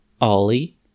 Ollie